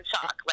shock